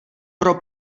pro